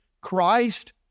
Christ